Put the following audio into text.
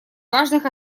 важных